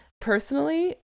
personally